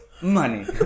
money